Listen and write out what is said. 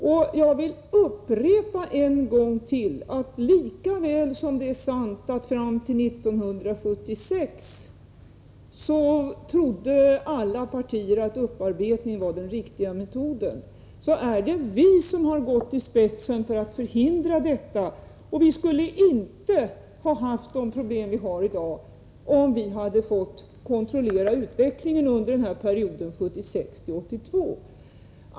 Jag vill upprepa en gång till att lika väl som det är sant att alla partier trodde fram till 1976 att den riktiga metoden var att upparbeta, är det vi som har gått ispetsen för att förhindra detta. Problemen skulle inte ha varit sådana som de äri dag, om vi hade fått kontrollera utvecklingen under perioden 1976-1982.